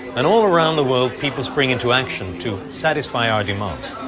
and all around the world, people spring into action, to satisfy our demands.